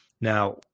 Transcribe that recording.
Now